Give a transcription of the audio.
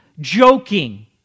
joking